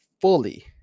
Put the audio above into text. fully